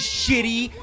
shitty